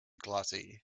glossy